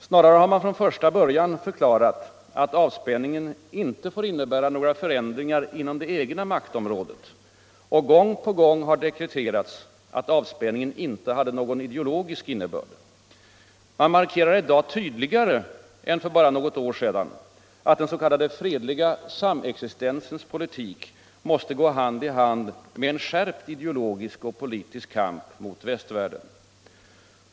Snarare har man i Sovjet från första början förklarat att avspänningen inte får innebära några förändringar inom det egna maktområdet. Och gång på gång har dekreterats att avspänningen inte har någon ideologisk innebörd. Man markerar i dag tydligare än för bara något år sedan att den s.k. fredliga samexistensens politik måste gå hand i hand med en skärpt ideologisk och politisk kamp mot västvärlden.